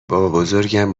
بابابزرگم